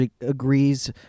agrees